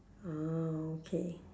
ah okay